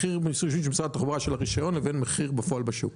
משרד התחבורה של הרישיון לבין מחיר בפועל בשוק.